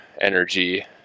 energy